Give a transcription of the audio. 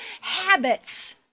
habits